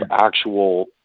actual